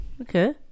okay